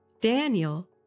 Daniel